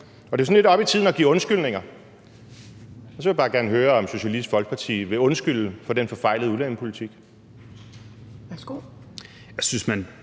jo sådan lidt oppe i tiden at give undskyldninger. Så jeg vil bare gerne høre, om Socialistisk Folkeparti vil undskylde for den forfejlede udlændingepolitik.